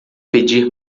pedir